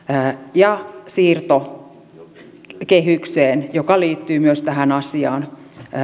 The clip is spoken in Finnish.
ja siirto kehykseen mikä liittyy myös tähän asiaan